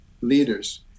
leaders